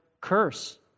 curse